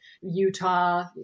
Utah